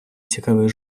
цікавий